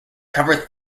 cover